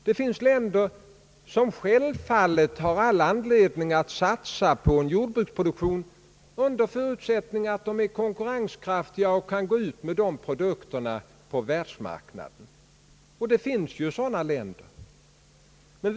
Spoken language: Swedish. Det finns länder som självfallet har all anledning att satsa på en jordbruksproduktion under förutsättping att de är konkurrenskraftiga och kan föra ut dessa produkter på världsmarknaden. Det finns också länder som gör detta.